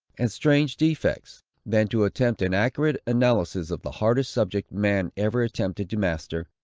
and strange defects than to attempt an accurate analysis of the hardest subject man ever attempted to master,